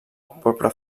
porpra